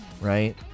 right